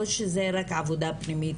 או שזה רק עבודה פנימית,